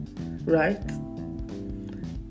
right